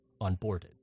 onboarded